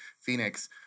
Phoenix